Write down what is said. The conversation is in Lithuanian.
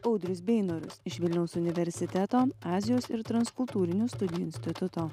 audrius beinorius iš vilniaus universiteto azijos ir transkultūrinių studijų instituto